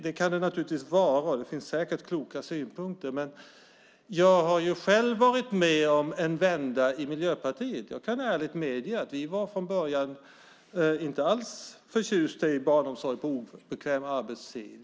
Det kan den naturligtvis vara, och det finns säkert kloka synpunkter. Jag har själv varit med om en vända i Miljöpartiet. Jag kan ärligt medge att vi från början inte alls var förtjusta i barnomsorg på obekväm arbetstid.